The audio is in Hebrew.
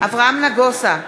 אברהם נגוסה,